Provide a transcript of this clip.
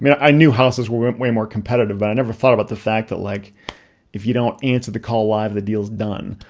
you know i knew houses were way more competitive but i never thought about the fact that like if you don't answer the call live the deal is done.